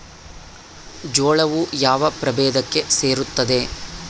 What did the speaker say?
ಜೋಳವು ಯಾವ ಪ್ರಭೇದಕ್ಕೆ ಸೇರುತ್ತದೆ?